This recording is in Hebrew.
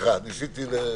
ההתעקשות.